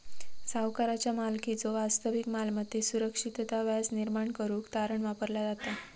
सावकाराचा मालकीच्यो वास्तविक मालमत्तेत सुरक्षितता व्याज निर्माण करुक तारण वापरला जाता